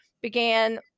began